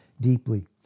deeply